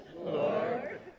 Lord